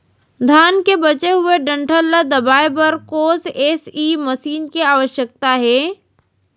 धान के बचे हुए डंठल ल दबाये बर कोन एसई मशीन के आवश्यकता हे?